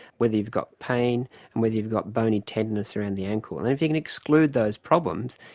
whether you've got pain and whether you've got bony tenderness around the ankle. and if you can exclude those problems,